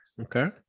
Okay